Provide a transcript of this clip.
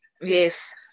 yes